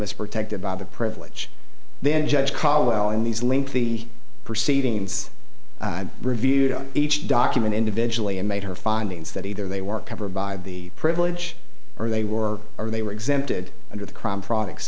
as protected by the privilege then judge cowell in these link the proceedings reviewed each document individually and made her findings that either they weren't covered by the privilege or they were or they were exempted under the crime